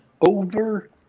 Over